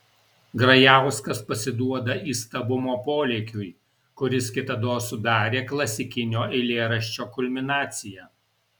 grajauskas pasiduoda įstabumo polėkiui kuris kitados sudarė klasikinio eilėraščio kulminaciją